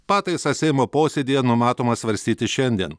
pataisą seimo posėdyje numatoma svarstyti šiandien